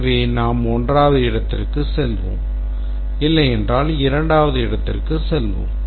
எனவே நாம் 1வது இடத்திற்குச் செல்வோம் இல்லையென்றால் 2 வது இடத்திற்கு செல்வோம்